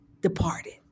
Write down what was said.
departed